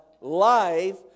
life